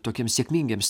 tokiems sėkmingiems